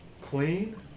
Clean